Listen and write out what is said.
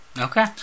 Okay